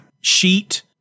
sheet